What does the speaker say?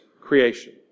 creation